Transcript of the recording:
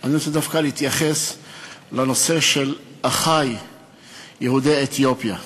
אני רוצה להתייחס דווקא לנושא של אחי יהודי אתיופיה.